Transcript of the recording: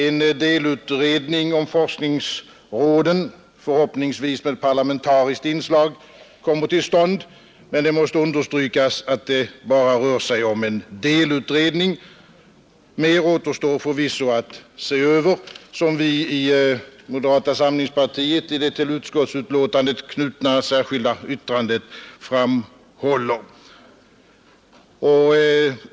En delutredning om forskningsråden, förhoppningsvis med parlamentariskt inslag, kommer till stånd, men det måste understrykas att det bara rör sig om en delutredning. Mer återstår förvisso att se över, som vi i moderata samlingspartiet framhåller i det till utskottsutlåtandet knutna särskilda yttrandet.